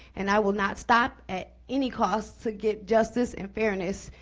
and i will not stop at any cost to get justice and fairness,